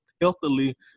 healthily